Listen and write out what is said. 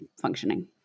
functioning